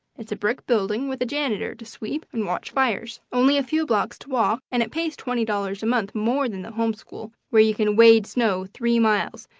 it's a brick building with a janitor to sweep and watch fires, only a few blocks to walk, and it pays twenty dollars a month more than the home school where you can wade snow three miles,